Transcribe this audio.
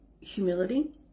humility